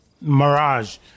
mirage